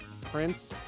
Prince